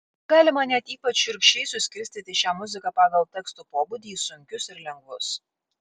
galima net ypač šiurkščiai suskirstyti šią muziką pagal tekstų pobūdį į sunkius ir lengvus